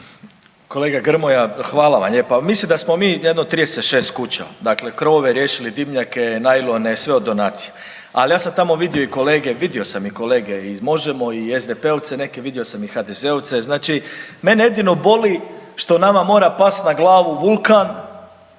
Kolega Grmoja hvala vam lijepa. Mislim da smo mi jedno 36 kuća, dakle krovove riješili, dimnjake, najlone sve od donacije. Ali ja sam tamo vidio i kolege, vidio sam i kolege iz Možemo, i SDP-ovce neke, vidio sam i HDZ-ovce. Znači, mene jedino boli što nama mora pasti na glavu vulkan